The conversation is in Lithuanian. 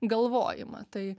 galvojimą tai